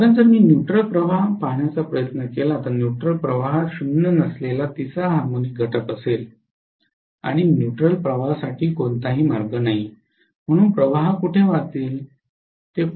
कारण जर मी न्यूट्रल प्रवाह पाहण्याचा प्रयत्न केला तर न्यूट्रल प्रवाहात शून्य नसलेला तिसरा हार्मोनिक घटक असेल आणि न्यूट्रल प्रवाहांसाठी कोणताही मार्ग नाही म्हणून प्रवाह कुठे वाहतील